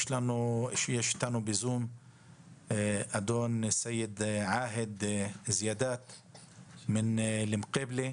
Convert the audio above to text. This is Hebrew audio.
נמצא אתנו בזום אדון עאהד זיאדאת ממוקייבלה,